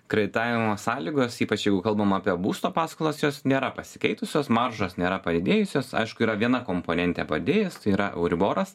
kreditavimo sąlygos ypač jeigu kalbam apie būsto paskolas jos nėra pasikeitusios maržos nėra padidėjusios aišku yra viena komponentė padidejus tai yra euriboras